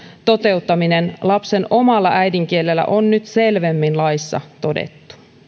toteuttaminen lapsen omalla äidinkielellä on nyt selvemmin laissa todettu